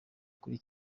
kuri